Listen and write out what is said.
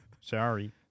Sorry